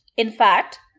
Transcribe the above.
in fact,